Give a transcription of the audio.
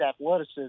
athleticism